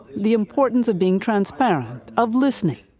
the importance of being transparent, of listening.